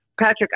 Patrick